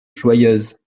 joyeuse